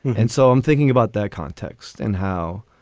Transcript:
and so i'm thinking about that context and how.